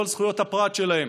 לא על זכויות הפרט שלהם.